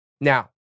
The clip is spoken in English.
Now